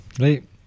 right